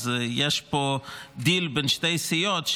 אז יש פה דיל בין שתי סיעות,